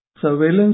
Surveillance